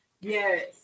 Yes